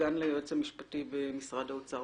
סגן היועץ המשפטי במשרד האוצר,